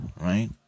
right